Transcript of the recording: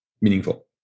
meaningful